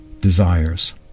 desires